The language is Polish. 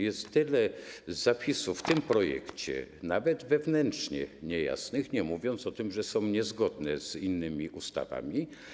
Jest tyle zapisów w tym projekcie nawet wewnętrznie niejasnych, nie mówiąc o tym, że niezgodnych z innymi ustawami.